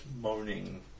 moaning